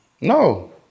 No